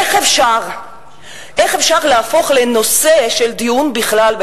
איך אפשר להפוך לנושא דיון בכלל,